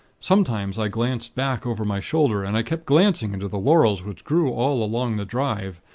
sometimes, i glanced back over my shoulder and i kept glancing into the laurels which grew all along the drive.